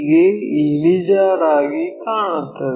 P ಗೆ ಇಳಿಜಾರಾಗಿ ಕಾಣುತ್ತದೆ